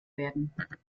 werden